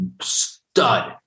stud